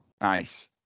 Nice